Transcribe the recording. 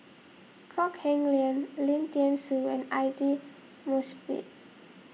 Kok Heng Leun Lim thean Soo and Aidli Mosbit